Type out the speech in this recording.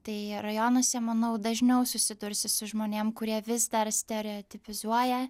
tai rajonuose manau dažniau susidursi su žmonėm kurie vis dar stereotipizuoja